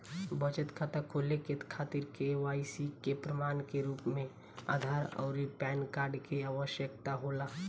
बचत खाता खोले के खातिर केवाइसी के प्रमाण के रूप में आधार आउर पैन कार्ड के आवश्यकता होला